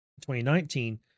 2019